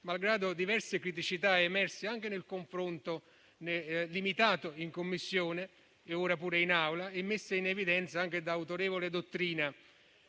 malgrado diverse criticità emerse anche nel confronto limitato in Commissione e ora pure in Aula e messe in evidenza anche da autorevole dottrina.